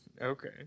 okay